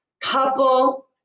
Couple